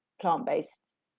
plant-based